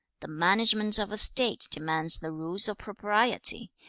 the management of a state demands the rules of propriety.